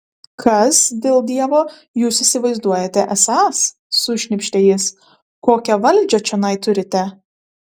kas dėl dievo jūs įsivaizduojate esąs sušnypštė jis kokią valdžią čionai turite